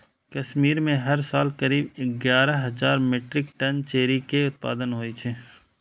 कश्मीर मे हर साल करीब एगारह हजार मीट्रिक टन चेरी के उत्पादन होइ छै